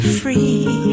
free